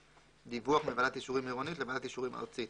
דיווח מוועדת אישורים עירונית לוועדת אישורים ארצית.